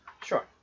Sure